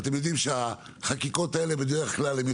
אתם יודעים שהחקיקות האלה בדרך כלל יותר